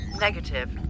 Negative